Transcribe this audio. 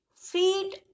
feed